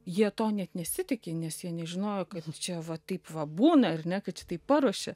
jie to net nesitiki nes jie nežinojo kaip čia va taip va būna ar ne kad tai paruošia